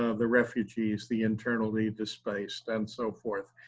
ah the refugees, the internally displaced and so forth.